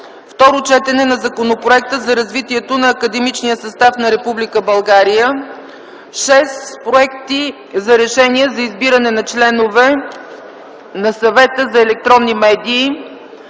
Второ четене на Законопроекта за развитието на академичния състав на Република България. 6. Проекти за решения за избиране на членове на Съвета за електронни медии.